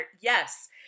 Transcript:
yes